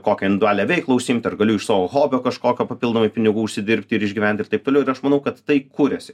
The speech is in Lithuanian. kokia individualia veikla užsiimti ar galiu iš savo hobio kažkokio papildomai pinigų užsidirbti ir išgyventi ir taip toliau ir aš manau kad tai kuriasi